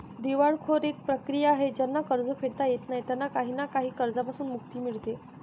दिवाळखोरी एक प्रक्रिया आहे ज्यांना कर्ज फेडता येत नाही त्यांना काही ना काही कर्जांपासून मुक्ती मिडते